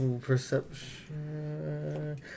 Perception